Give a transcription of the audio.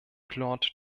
claude